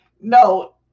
No